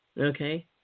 okay